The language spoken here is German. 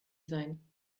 sein